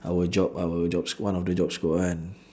our job our job s~ one of the job scope [one]